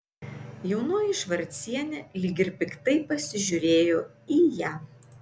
jaunoji švarcienė lyg ir piktai pasižiūrėjo į ją